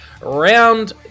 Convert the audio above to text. round